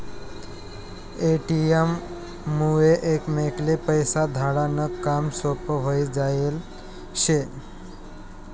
ATM मुये एकमेकले पैसा धाडा नं काम सोपं व्हयी जायेल शे